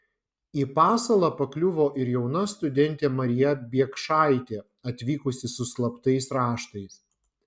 į pasalą pakliuvo ir jauna studentė marija biekšaitė atvykusi su slaptais raštais